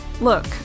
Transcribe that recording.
Look